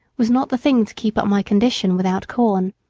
was not the thing to keep up my condition without corn.